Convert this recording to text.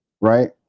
Right